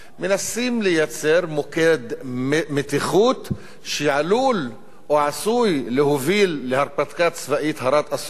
מנסים לייצר מוקד מתיחות שעלול או עשוי להוביל להרפתקה צבאית הרת-אסון,